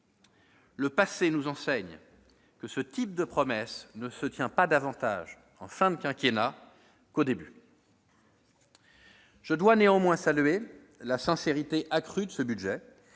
Le passé nous enseigne que ce type de promesse ne se tient pas davantage en fin de quinquennat qu'au début. Je dois néanmoins saluer la sincérité accrue de ce budget,